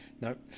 nope